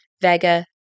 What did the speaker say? Vega